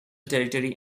territory